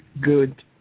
good